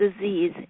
disease